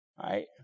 right